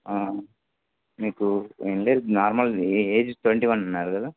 మీకు ఏంలేదు normal age twenty one అన్నారు కదా